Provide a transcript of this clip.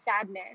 sadness